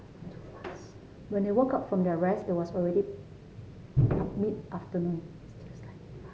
when they woke up from their rest it was already mid afternoon